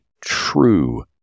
true